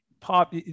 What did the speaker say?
pop